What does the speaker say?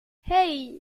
hey